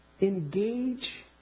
Engage